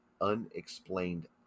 unexplained